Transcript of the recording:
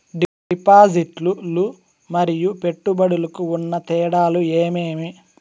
డిపాజిట్లు లు మరియు పెట్టుబడులకు ఉన్న తేడాలు ఏమేమీ?